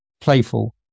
playful